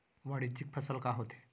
वाणिज्यिक फसल का होथे?